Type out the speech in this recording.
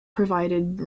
provided